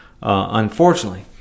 Unfortunately